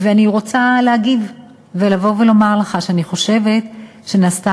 ואני רוצה להגיב ולבוא ולומר לך שאני חושבת שנעשתה